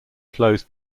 flows